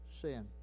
sin